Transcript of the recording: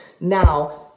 Now